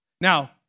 Now